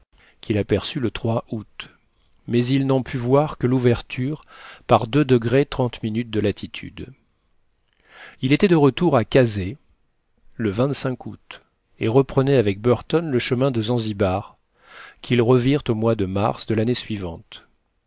qu'il aperçut le août mais il n'en put voir que l'ouverture par de latitude il était de retour à kazeh le août et reprenait avec burton le chemin de zanzibar qu'ils revirent au mois de mars de l'année suivante